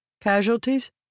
Casualties